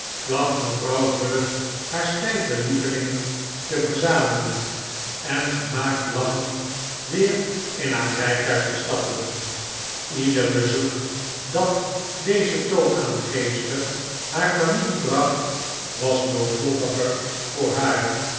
placht mevrouw bullock haar stijve lievelingen te verzamelen en gemaakt lachend weer in haar rijtuig te stappen ieder bezoek dat deze toonaangeefster haar familie bracht was noodlottiger voor haar